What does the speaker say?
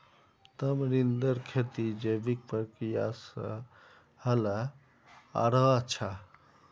तमरींदेर खेती जैविक प्रक्रिया स ह ल आरोह अच्छा